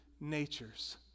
natures